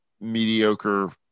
mediocre